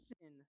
sin